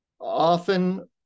often